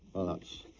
well that's,